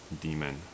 demon